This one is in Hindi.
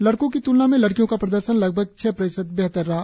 लडकों की त्लना में लडकियों का प्रदर्शन लगभग छह प्रतिशत बेहतर रहा